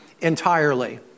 entirely